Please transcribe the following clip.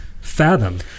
fathom